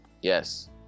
Yes